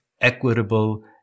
equitable